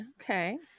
Okay